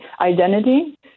identity